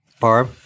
Barb